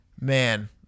man